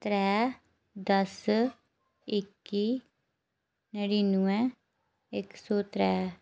त्रै दस इक्की नड़िनवैं इक सौ त्रै